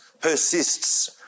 persists